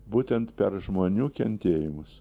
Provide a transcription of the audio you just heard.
būtent per žmonių kentėjimus